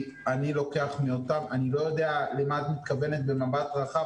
אני לא יודע למה את מתכוונת ב"מבט רחב".